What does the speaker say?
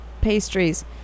pastries